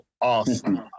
awesome